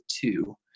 two